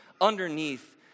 underneath